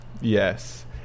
yes